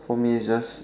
for me is just